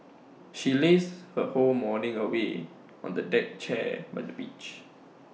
she lazed her whole morning away on the deck chair by the beach